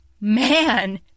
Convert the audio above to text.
man